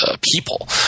people